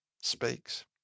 speaks